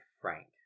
Frank